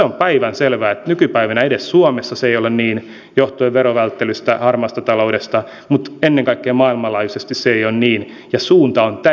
on päivänselvää että nykypäivänä edes suomessa se ei ole niin johtuen verovälttelystä harmaasta taloudesta mutta ennen kaikkea maailmanlaajuisesti se ei ole niin ja suunta on täysin väärä